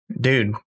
dude